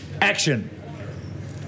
Action